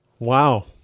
Wow